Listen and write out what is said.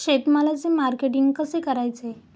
शेतमालाचे मार्केटिंग कसे करावे?